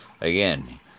Again